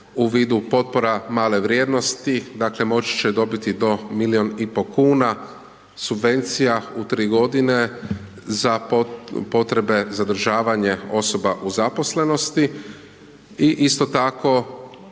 u vidu potpora male vrijednosti dakle moći će dobiti do milijun i pol kuna subvencija u 3 g. za potrebe zadržavanje osoba u zaposlenosti i isto tako